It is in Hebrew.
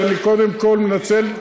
ואני קודם כול מנצל,